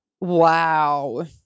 wow